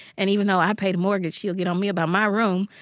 and even though i pay the mortgage, she'll get on me about my room.